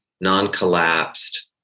non-collapsed